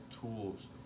tools